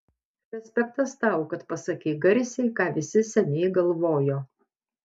respektas tau kad pasakei garsiai ką visi seniai galvojo